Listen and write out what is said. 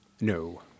No